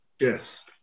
Yes